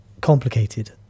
complicated